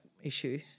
issue